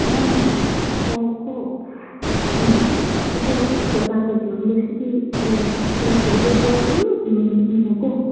ꯍꯣꯏ ꯍꯣꯏ ꯀꯣ ꯎꯝ ꯑꯗꯨ ꯕꯖꯥꯔꯗ ꯌꯣꯟꯕꯁꯤꯗꯤ ꯎꯝ ꯌꯥꯝ ꯌꯣꯟꯕꯅꯤꯅꯀꯣ